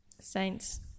Saints